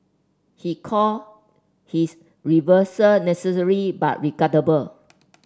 he called his reversal necessary but regrettable